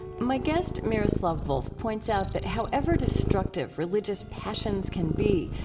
my guest, miroslav volf, points out that however destructive religious passions can be,